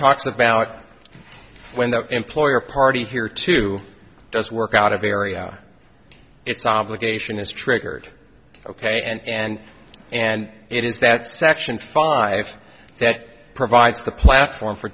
talks about when the employer party here to does work out of area its obligation is triggered ok and and it is that section five that provides the platform for